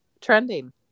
trending